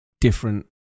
different